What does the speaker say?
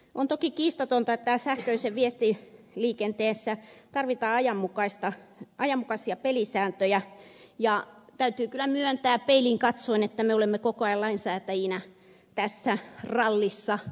on toki kiistatonta että sähköisessä viestiliikenteessä tarvitaan ajanmukaisia pelisääntöjä ja täytyy kyllä myöntää peiliin katsoen että me olemme koko ajan lainsäätäjinä tässä rallissa jälkijättöisiä jälkijunassa